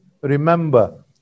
Remember